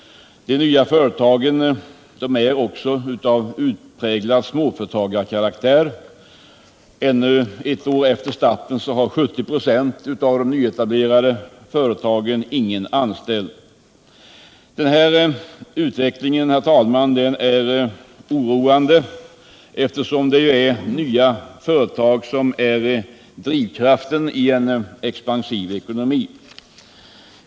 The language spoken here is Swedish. De nya företagen är av utpräglad småföretagskaraktär. Ännu ett år efter starten har 70 ?6 av de nyetablerade företagen ingen anställd. Denna utveckling är oroande, eftersom nya företag är drivkraften i en expansiv ekonomi.